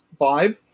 vibe